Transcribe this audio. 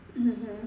mmhmm